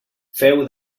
féu